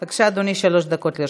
בבקשה, אדוני, שלוש דקות לרשותך.